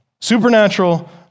supernatural